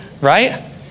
right